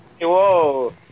Whoa